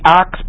ox